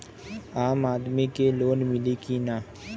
आम आदमी के लोन मिली कि ना?